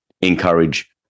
encourage